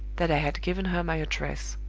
that i had given her my address.